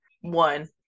one